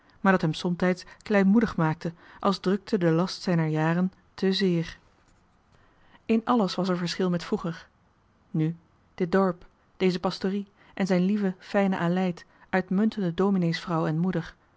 maar dat hem somtijds kleinmoedig maakte als drukte de last zijner jaren te zeer in alles was er verschil met vroeger nu dit dorp deze pastorie en zijne lieve fijne aleid beide domineesvrouw en moeder